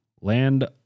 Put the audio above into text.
Land